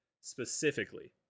specifically